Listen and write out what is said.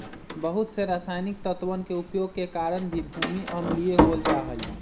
बहुत से रसायनिक तत्वन के उपयोग के कारण भी भूमि अम्लीय हो जाहई